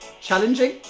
challenging